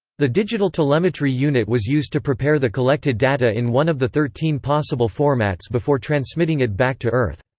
the digital telemetry unit was used to prepare the collected data in one of the thirteen possible formats before transmitting it back to earth.